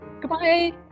Goodbye